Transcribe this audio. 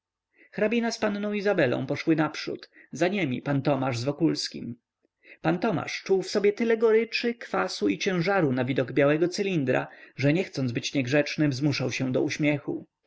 z panną izabelą poszły naprzód za niemi pan tomasz z wokulskim pan tomasz czuł w sobie tyle goryczy kwasu i ciężaru na widok białego cylindra że nie chcąc być niegrzecznym zmuszał się do uśmiechu